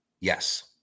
Yes